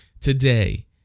today